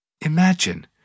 Imagine